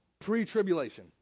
pre-tribulation